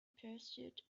pursuit